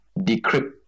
decrypt